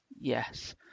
Yes